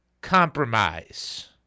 compromise